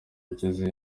yageze